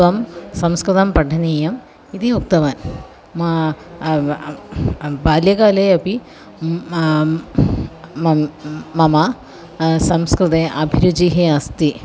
त्वं संस्कृतं पठनीयम् इति उक्तवान् बाल्यकाले अपि मम मम संस्कृते अभिरुचिः अस्ति